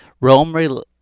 Rome